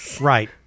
Right